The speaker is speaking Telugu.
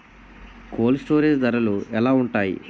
కోల్డ్ స్టోరేజ్ ధరలు ఎలా ఉంటాయి?